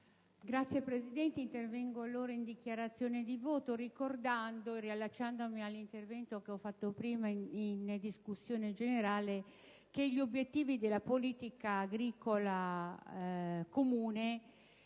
Signor Presidente, intervengo in dichiarazione di voto ricordando - e mi riallaccio all'intervento fatto prima in discussione generale - che gli obiettivi della politica agricola comune